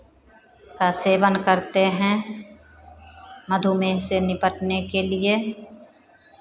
का सेवन करते हैं मधुमेह से निपटने के लिए